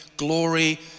glory